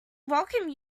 welcome